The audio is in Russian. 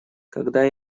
когда